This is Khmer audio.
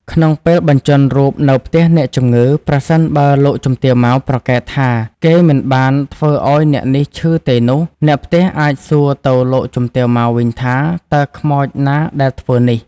ក្នុងពេលបញ្ជាន់រូបនៅផ្ទះអ្នកជំងឺ ប្រសិនបើលោកជំទាវ ម៉ៅ ប្រកែកថា គេមិនបានធ្វើឲ្យអ្នកនេះឈឺទេនោះ អ្នកផ្ទះអាចសួរទៅលោកជំទាវ ម៉ៅ វិញថា តើខ្មោចណាដែលធ្វើនេះ?